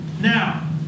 Now